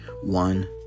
one